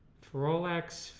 for all x,